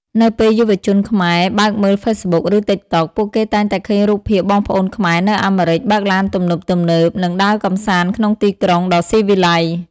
នៅពេលយុវជនខ្មែរបើកមើល Facebook ឬ TikTok ពួកគេតែងតែឃើញរូបភាពបងប្អូនខ្មែរនៅអាមេរិក បើកឡានទំនើបៗ និងដើរកម្សាន្តក្នុងទីក្រុងដ៏ស៊ីវិល័យ។